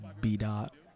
B-Dot